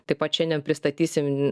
taip pat šiandien pristatysim